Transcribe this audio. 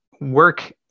work